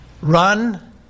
run